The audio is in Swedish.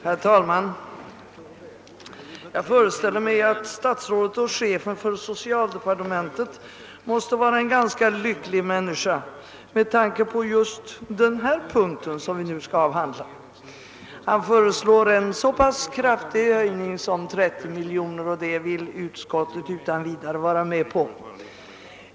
Herr talman! Jag föreställer mig att statsrådet och chefen för socialdepartementet måste vara en ganska lycklig människa med tanke på just den punkt som vi nu skall avhandla. Han föreslår en så kraftig höjning som 30 miljoner kronor, och det vill utskottet utan vidare gå med på.